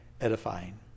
edifying